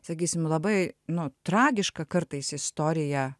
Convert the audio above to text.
sakysim labai nu tragišką kartais istoriją